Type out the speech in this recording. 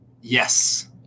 Yes